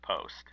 Post